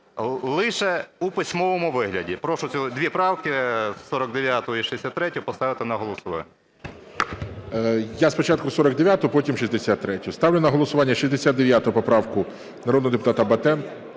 лише в письмовому вигляді. Прошу дві правки 49-у і 63-ю поставити на голосування. ГОЛОВУЮЧИЙ. Я спочатку 49-у, а потім 63-ю. Ставлю на голосування 69 поправку народного депутата Батенка…